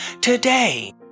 today